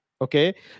Okay